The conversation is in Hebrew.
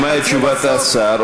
ונשמע את תשובת השר,